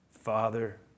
Father